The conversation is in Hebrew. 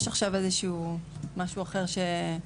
יש עכשיו איזשהו משהו אחר שצריך.